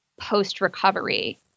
post-recovery